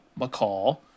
McCall